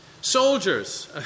Soldiers